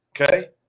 Okay